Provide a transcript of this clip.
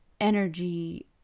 energy